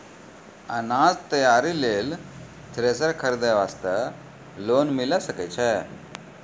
अनाज तैयारी लेल थ्रेसर खरीदे वास्ते लोन मिले सकय छै?